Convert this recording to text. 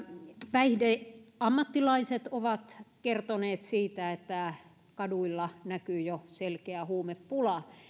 päihdeammattilaiset ovat kertoneet siitä että kaduilla näkyy jo selkeä huumepula